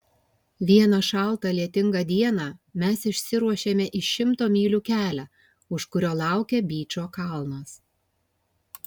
vieną šaltą lietingą dieną mes išsiruošėme į šimto mylių kelią už kurio laukė byčo kalnas